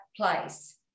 place